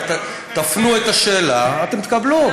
רק תפנו את השאלה, אתם תקבלו.